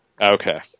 okay